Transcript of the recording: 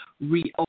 reopen